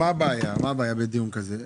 מה הבעיה בדיון כזה?